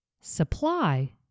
supply